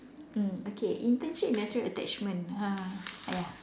mm okay internship industrial attachment ah !aiya!